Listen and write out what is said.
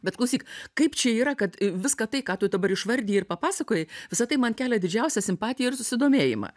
bet klausyk kaip čia yra kad viską tai ką tu dabar išvardijai ir papasakojai visa tai man kelia didžiausią simpatiją ir susidomėjimą